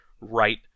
right